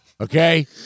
Okay